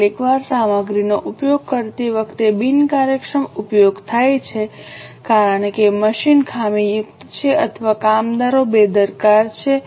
કેટલીકવાર સામગ્રીનો ઉપયોગ કરતી વખતે બિનકાર્યક્ષમ ઉપયોગ થાય છે કારણ કે મશીન ખામીયુક્ત છે અથવા કામદારો બેદરકાર છે